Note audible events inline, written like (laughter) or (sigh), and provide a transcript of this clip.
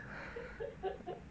(laughs)